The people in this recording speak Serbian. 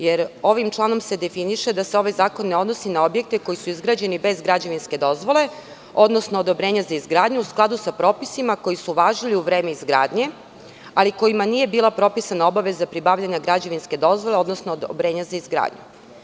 Njime se definiše da se ovaj zakon ne odnosi objekte koji su izgrađeni bez građevinske dozvole, odnosno odobrenja za izgradnju u skladu sa propisima koji su važili u vreme izgradnje, ali kojima nije bila propisana obaveza pribavljanja građevinske dozvole odnosno odobrenja za izgradnju.